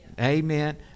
Amen